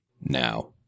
Now